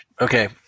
Okay